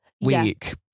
week